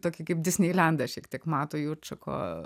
tokį kaip disneilendą šiek tik mato jaučuko